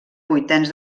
vuitens